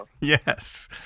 Yes